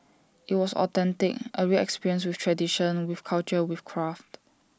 IT was authentic A real experience with tradition with culture with craft